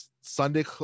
Sunday